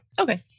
Okay